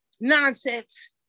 nonsense